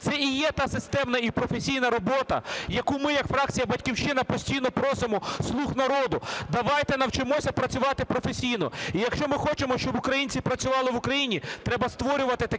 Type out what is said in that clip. Це і є та системна і професійна робота, яку ми як фракція "Батьківщина" постійно просимо "слуг народу", давайте навчимося працювати професійно. І якщо ми хочемо, щоб українці працювали в Україні, треба створювати такі